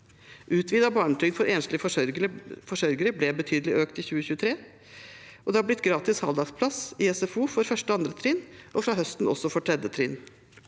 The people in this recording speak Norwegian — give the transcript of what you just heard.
Utvidet barnetrygd for enslige forsørgere ble betydelig økt i 2023. Det har blitt gratis halvdagsplass i SFO for 1. og 2. trinn, og fra høsten også for 3. trinn.